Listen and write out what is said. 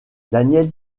daniel